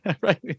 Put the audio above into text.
right